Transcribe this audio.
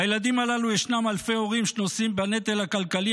לילדים הללו ישנם אלפי הורים שנושאים בנטל הכלכלי